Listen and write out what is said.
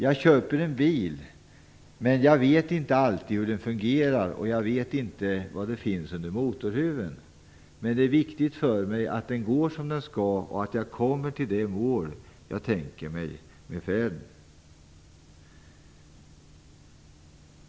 Jag köper en bil men jag vet inte alls hur den fungerar och jag vet inte vad det finns under motorhuven, men det är viktigt för mig att den går som den skall och att jag kommer till det mål jag tänker mig.